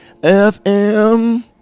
FM